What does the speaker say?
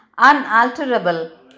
unalterable